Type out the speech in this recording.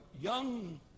young